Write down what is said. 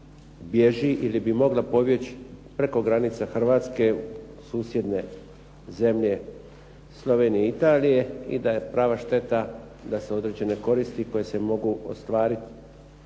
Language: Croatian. bježi ili bi mogla pobjeći preko granica Hrvatske u susjedne zemlje Slovenije i Italije i da je prava šteta da se određene koristi koje se mogu ostvariti